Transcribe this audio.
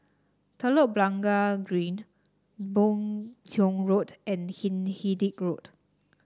Telok Blangah Green Boon Tiong Road and Hindhede Road